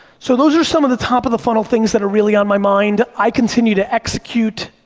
so, those are some of the top of the funnel things that are really on my mind. i continue to execute,